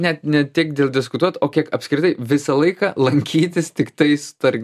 net ne tiek dėl diskutuot o kiek apskritai visą laiką lankytis tiktais tar